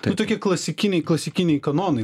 tai tokie klasikiniai klasikiniai kanonai